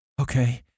Okay